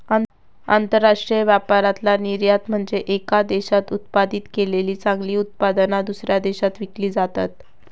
आंतरराष्ट्रीय व्यापारातला निर्यात म्हनजे येका देशात उत्पादित केलेली चांगली उत्पादना, दुसऱ्या देशात विकली जातत